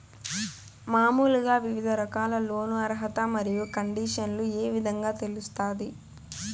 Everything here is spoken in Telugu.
మామూలుగా వివిధ రకాల లోను అర్హత మరియు కండిషన్లు ఏ విధంగా తెలుస్తాది?